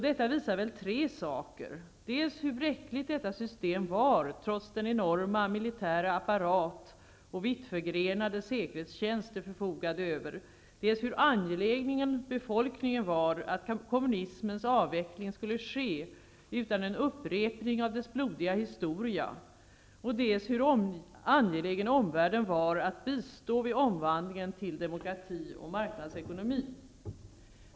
Detta visar väl tre saker: dels hur bräckligt detta system var trots den enorma militära apparat och vittförgrenade säkerhetstjänst det förfogade över, dels hur angelägen befolkningen var att kommunismens avveckling skulle ske utan en upprepning av dess blodiga historia och dels hur angelägen omvärlden var att bistå vid omvandlingen till demokrati och marknadsekonomi.